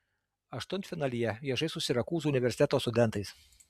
aštuntfinalyje jie žais su sirakūzų universiteto studentais